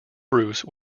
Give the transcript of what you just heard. bruce